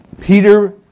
Peter